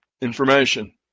Information